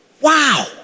Wow